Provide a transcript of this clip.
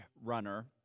runner